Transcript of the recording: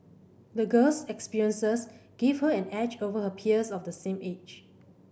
the girl's experiences give her an edge over her peers of the same age